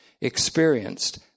experienced